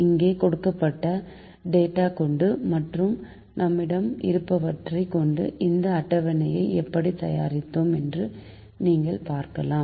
இங்கே கொடுக்கப்பட்ட டேட்டா கொண்டு மற்றும் நம்மிடம் இருப்பவற்றை கொண்டு இந்த அட்ட்டவணையை எப்படி தயார்செய்தோம் என்று நீங்கள் பார்க்கலாம்